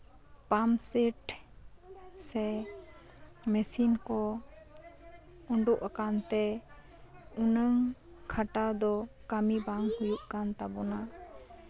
pumpset ᱥᱮ machine ᱠᱚ ᱩᱰᱩᱜ ᱠᱟᱱᱛᱮ ᱩᱱᱟᱹᱜ ᱠᱷᱟᱴᱟᱣ ᱫᱚ ᱠᱟᱹᱢᱤ ᱵᱟᱝ ᱦᱩᱭᱩᱜ ᱠᱟᱱ ᱛᱟᱵᱳᱱᱟ